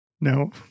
No